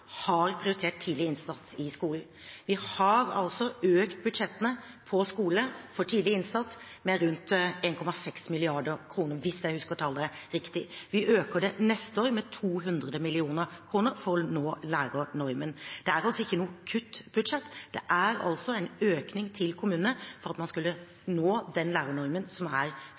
har gjennom mange år prioritert tidlig innsats i skolen. Vi har økt skolebudsjettene for tidlig innsats med rundt 1,6 mrd. kr, hvis jeg husker tallene riktig. Vi øker det med 200 mill. kr for neste år for å nå lærernormen. Dette er altså ikke et kuttbudsjett; det er en økning til kommunene, for at man skal kunne nå den lærernormen som er